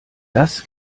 das